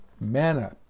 manna